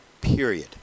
Period